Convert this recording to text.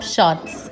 Shots